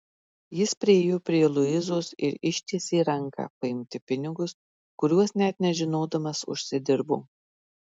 jis priėjo prie luizos ir ištiesė ranką paimti pinigus kuriuos net nežinodamas užsidirbo